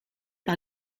par